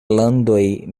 landoj